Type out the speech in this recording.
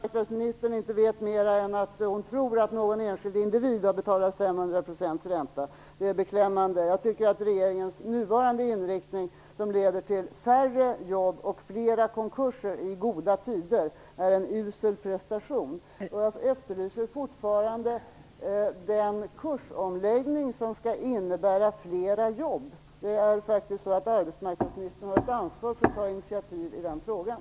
Fru talman! Tack för det! Jag är mycket ledsen över att arbetsmarknadsministern inte vet mer än att hon tror att någon enskild individ har betalat 500 % ränta. Det är beklämmande. Jag tycker att regeringens nuvarande inriktning, som leder till färre jobb och flera konkurser i goda tider, är en usel prestation. Jag efterlyser fortfarande den kursomläggning som skall innebära flera jobb. Arbetsmarknadsministern har faktiskt ett ansvar för att ta initiativ i den frågan.